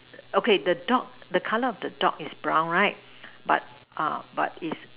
okay the dog the color of the dog is brown right but but is